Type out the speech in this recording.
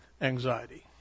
anxiety